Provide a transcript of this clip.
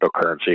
cryptocurrency